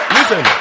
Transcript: Listen